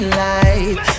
life